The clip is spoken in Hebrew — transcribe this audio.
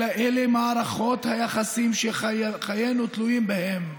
אלה מערכות היחסים שחיינו תלויים בהן.